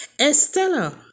Estella